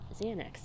Xanax